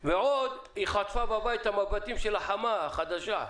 ועוד הכלה חטפה בבית מבטים מן החמות החדשה.